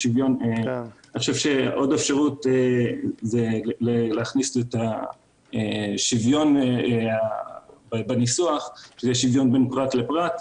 עוד אפשרות להכניס את השוויון בניסוח היא שוויון בין פרט לפרט,